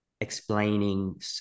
explaining